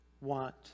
want